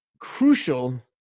crucial